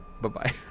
Bye-bye